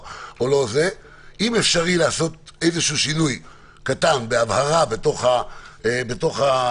אם אפשרי לעשות איזשהו שינוי קטן בהבהרה בתוך הנוסח,